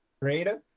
Creative